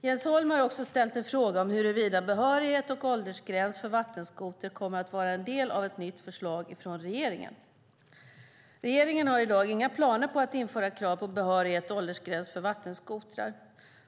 Jens Holm har också ställt en fråga om huruvida behörighet och åldersgräns för vattenskoter kommer att vara en del av ett nytt förslag från regeringen. Regeringen har i dag inga planer på att införa krav på behörighet och åldersgräns för vattenskotrar.